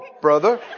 brother